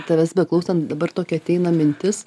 tavęs beklausant dabar tokia ateina mintis